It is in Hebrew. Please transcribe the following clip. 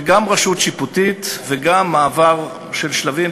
שגם רשות שיפוטית וגם מעבר של שלבים.